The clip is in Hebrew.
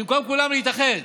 במקום שכולנו נתאחד